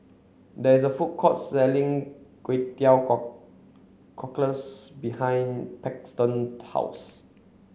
there is a food court selling Kway Teow Cockles behind Paxton's house